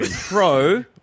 Pro